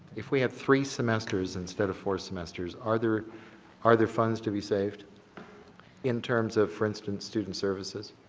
if we have three semesters instead of four semesters, are there are there funds to be saved in terms of for instance student services?